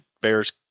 bears